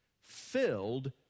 filled